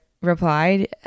replied